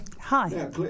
Hi